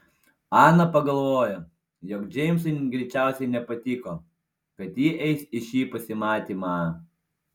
ana pagalvojo jog džeimsui greičiausiai nepatiko kad ji eis į šį pasimatymą